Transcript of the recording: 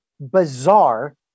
bizarre